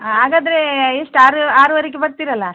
ಹಾಗಾದ್ರೆ ಎಷ್ಟು ಆರು ಆರೂವರೆಗೆ ಬರ್ತೀರಲ್ಲ